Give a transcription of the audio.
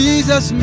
Jesus